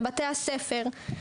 לבתי הספר.